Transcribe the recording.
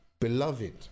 Beloved